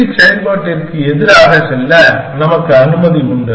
heuristic செயல்பாட்டிற்கு எதிராக செல்ல நமக்கு அனுமதி உண்டு